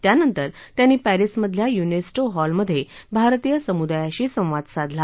त्यानंतर त्यांनी पॅरिसमधल्या युनेस्टो हॉलमधे भारतीय समुदायाशी संवाद साधला